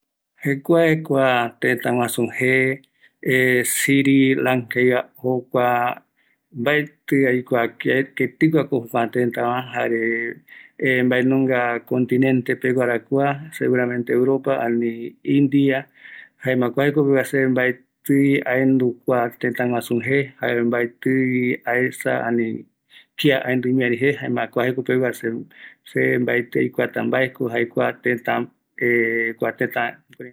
Jekuae kua tëtä jeeva mbaeti aikua, ketïguara, aikuapotaa, jae nkïraïko kua tëtäva, jaëramo aikuapota jae nbae